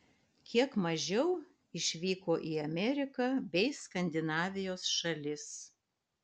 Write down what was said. kiek mažiau išvyko į ameriką bei skandinavijos šalis